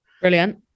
Brilliant